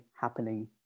happening